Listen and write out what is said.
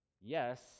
yes